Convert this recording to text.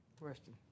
question